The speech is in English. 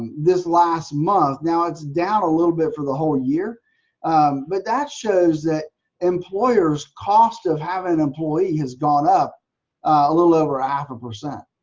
this last month now it's down a little bit for the whole year but that shows that employers cost of having an employee has gone up a little over a half a percent.